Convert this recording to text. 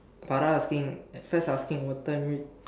Farah asking at first asking what time meet